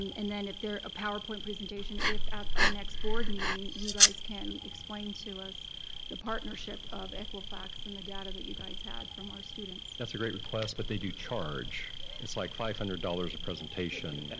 um and then if there was a powerpoint presentation, if at our next board meeting you guys can explain to us the partnership of equifax and the data that you guys had from our students. that's a great request but they do charge. it's like five hundred dollars a presentation.